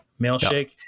Mailshake